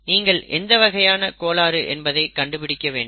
நீங்கள் எந்த வகையான கோளாறு என்பதை கண்டுபிடிக்க வேண்டும்